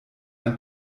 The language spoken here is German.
ein